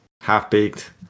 half-baked